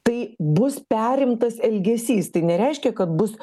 tai bus perimtas elgesys tai nereiškia kad bus